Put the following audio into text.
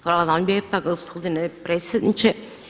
Hvala vam lijepa gospodine predsjedniče.